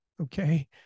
okay